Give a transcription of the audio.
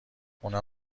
خونه